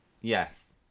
Yes